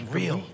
real